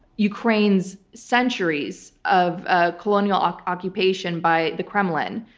ukraine's centuries of ah colonial ah occupation by the kremlin,